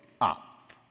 up